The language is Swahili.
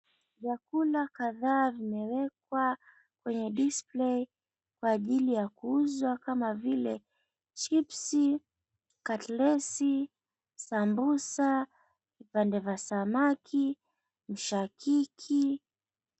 Vyakula kadhaa vimewekwa kwenye display kwa ajili ya kuuzwa kama vile chipsi, katlesi, sambusa, vipande vya samaki, mshakiki.